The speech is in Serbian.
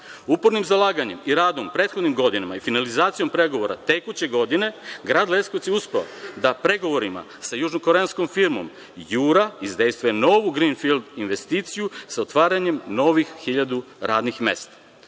radnike. Upornim zalaganjem i radom u prethodnim godinama i finalizacijom pregovora tekuće godine, grad Leskovac je uspeo da pregovorima sa južnokoreanskom firmom „Jura“ izdejstvuje novu grinfild investiciju sa otvaranjem novih 1.000 radnih mesta.